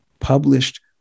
published